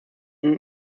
enden